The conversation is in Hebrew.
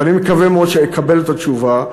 ואני מקווה מאוד שאקבל את התשובה,